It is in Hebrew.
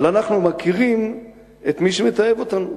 אבל אנחנו מכירים את מי שמתעב אותנו.